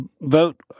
Vote